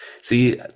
See